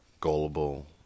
gullible